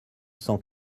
cent